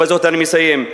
ובזה אני מסיים,